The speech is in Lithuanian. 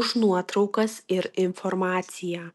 už nuotraukas ir informaciją